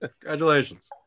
congratulations